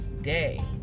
day